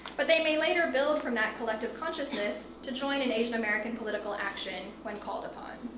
but they may later build from that collective consciousness to join an asian american political action when called upon.